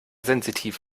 sensitiv